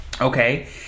okay